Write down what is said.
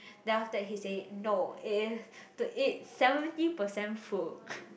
then after that he say no it is to eat seventy percent full